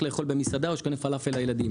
לאכול במסעדה או שהוא קונה פלאפל לילדים.